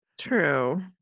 True